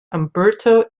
umberto